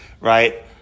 right